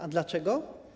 A dlaczego?